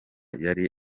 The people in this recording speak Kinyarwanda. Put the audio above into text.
yari